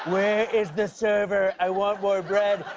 where is the server? i want more bread,